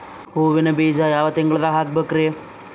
ಹೂವಿನ ಬೀಜ ಯಾವ ತಿಂಗಳ್ದಾಗ್ ಹಾಕ್ಬೇಕರಿ?